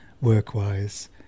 work-wise